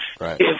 Right